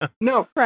no